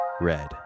Red